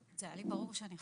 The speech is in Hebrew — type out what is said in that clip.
שזה היה לי ברור שאני חוזרת.